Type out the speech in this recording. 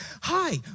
Hi